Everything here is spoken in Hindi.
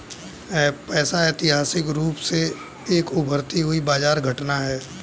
पैसा ऐतिहासिक रूप से एक उभरती हुई बाजार घटना है